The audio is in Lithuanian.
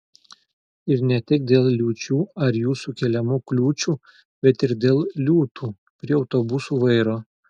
ir ne tik dėl liūčių ar jų sukeliamų kliūčių bet ir dėl liūtų prie autobusų vairo